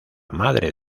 madre